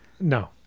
no